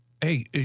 hey